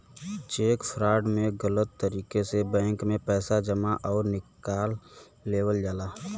check fraud में गलत तरीके से बैंक में पैसा जमा आउर निकाल लेवल जाला